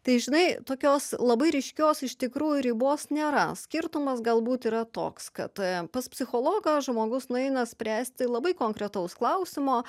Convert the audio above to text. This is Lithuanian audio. tai žinai tokios labai ryškios iš tikrųjų ribos nėra skirtumas galbūt yra toks kad pas psichologą žmogus nueina spręsti labai konkretaus klausimo